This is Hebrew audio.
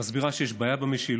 מסבירה שיש בעיה במשילות,